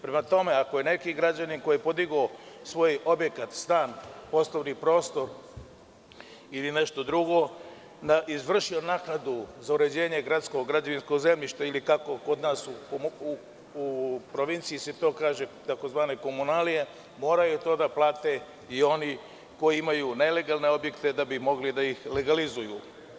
Prema tome, ako je neki građanin koji je podigao svoj objekat, stan, poslovni prostor ili nešto drugo, izvršio naknadu za uređenje gradskog građevinskog zemljišta ili kako se kod nas u provinciji kaže tzv. komunalije, moraju to da plate i oni koji imaju nelegalne objekte da bi mogli da ih legalizuju.